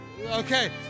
Okay